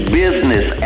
business